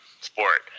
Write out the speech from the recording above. sport